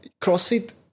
CrossFit